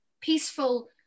peaceful